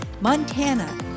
Montana